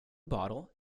bottle